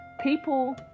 People